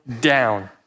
down